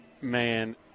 Man